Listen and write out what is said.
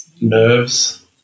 nerves